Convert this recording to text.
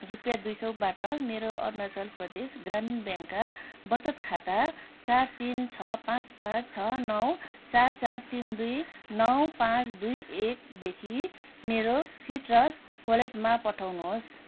रुपैयाँ दुई सौबाट मेरो अरुणाचल प्रदेश ग्रामीण ब्याङ्कका वचत खाता चार तिन छ पाँच पाँच छ नौ चार चार तिन दुई नौ पाँच दुई एकदेखि मेरो सिट्रस वालेटमा पठाउनुहोस्